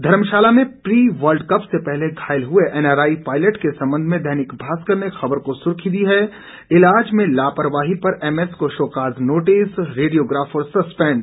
धर्मशाला में pre world cup से पहले घायल हुए एनआरआई पायलट के संबंध में दैनिक भास्कर ने खबर को सुर्खी दी है इलाज में लापरवाही पर एमएस को शोकॉज नोटिस रेडियोग्राफर सस्पेंड